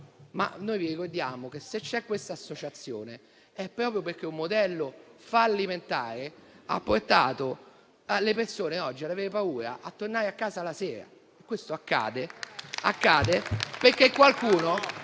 ma noi vi ricordiamo che se c'è quest'associazione è proprio perché un modello fallimentare ha portato le persone, oggi, ad avere paura a tornare a casa la sera. E ciò accade perché qualcuno,